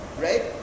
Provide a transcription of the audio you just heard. right